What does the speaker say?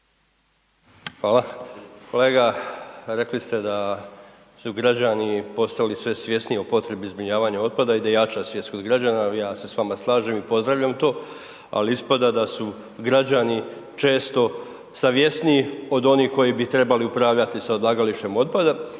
Hvala. Kolega, rekli ste da su građani postali sve svjesniji o potrebi zbrinjavanja otpada i da jača svijest kod građana, ja se s vama slažem i pozdravljam to, ali ispada da su građani često savjesniji od onih koji bi trebali upravljati sa odlagalištem otpada